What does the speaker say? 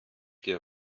dir